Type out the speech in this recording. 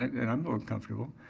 and i'm uncomfortable,